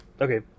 okay